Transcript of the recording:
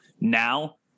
now